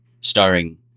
starring